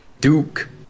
Duke